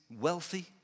wealthy